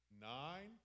Nine